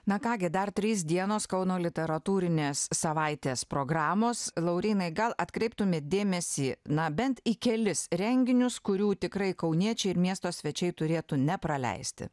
na ką gi dar trys dienos kauno literatūrinės savaitės programos laurynai gal atkreiptumėt dėmesį na bent į kelis renginius kurių tikrai kauniečiai ir miesto svečiai turėtų nepraleisti